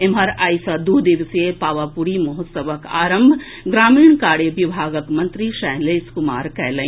एम्हर आई सँ दू दिवसीय पावापुरी महोत्सवक आरंभ ग्रामीण कार्य विभागक मंत्री शैलेश कुमार कयलनि